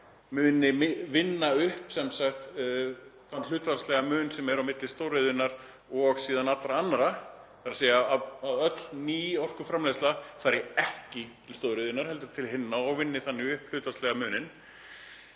muni vinna upp þann hlutfallslega mun sem er á milli stóriðjunnar og allra annarra, þ.e. að öll ný orkuframleiðsla fari ekki til stóriðjunnar heldur til hinna og vinni þannig upp hlutfallslega muninn.